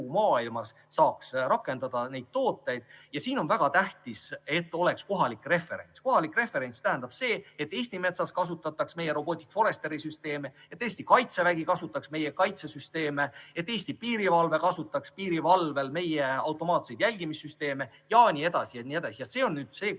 maailmas saaks neid tooteid rakendada. Siin on väga tähtis, et oleks kohalik referents. Kohalik referents tähendab seda, et Eesti metsas kasutataks meie robootikforesteri süsteeme, et Eesti Kaitsevägi kasutaks meie kaitsesüsteeme, et Eesti piirivalve kasutaks piiri valvamisel meie automaatseid jälgimissüsteeme jne. See on nüüd see koht,